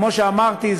כמו שאמרתי,